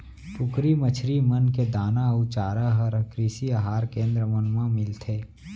कुकरी, मछरी मन के दाना अउ चारा हर कृषि अहार केन्द्र मन मा मिलथे